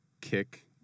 kick